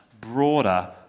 broader